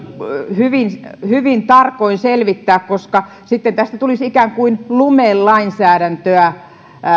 hyvin hyvin tarkoin selvittää koska sitten tästä tulisi ikään kuin lumelainsäädäntöä